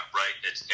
right